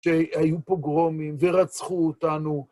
שהיו פוגרומים ורצחו אותנו.